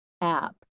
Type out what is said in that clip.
app